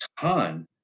ton